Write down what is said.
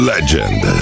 Legend